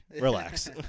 relax